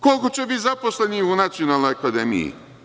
Koliko će biti zaposlenih u nacionalnoj akademiji?